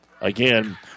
again